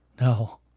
No